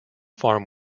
farm